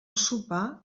sopar